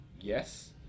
yes